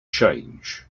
change